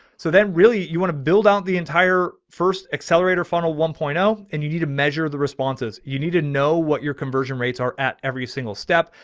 so then really you want to build out the entire first accelerator funnel one point zero, and you need to measure the responses. you need to know what your conversion rates are at every single step.